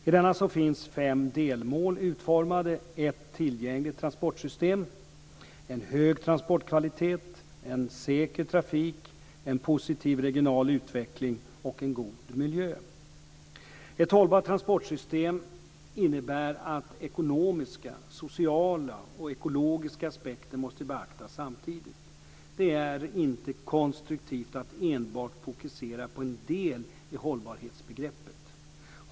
I denna finns fem delmål utformade; ett tillgängligt transportsystem, en hög transportkvalitet, en säker trafik, en positiv regional utveckling och en god miljö. Ett hållbart transportsystem innebär att ekonomiska, sociala och ekologiska aspekter måste beaktas samtidigt. Det är inte konstruktivt att enbart fokusera på en del i hållbarhetsbegreppet.